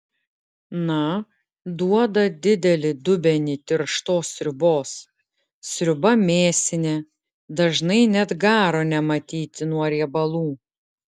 na duoda didelį dubenį tirštos sriubos sriuba mėsinė dažnai net garo nematyti nuo riebalų